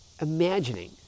imagining